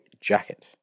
Jacket